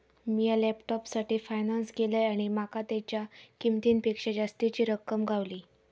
मिया लॅपटॉपसाठी फायनांस केलंय आणि माका तेच्या किंमतेपेक्षा जास्तीची रक्कम गावली